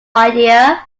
idea